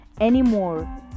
anymore